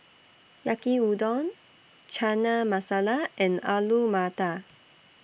Yaki Udon Chana Masala and Alu Matar